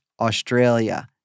Australia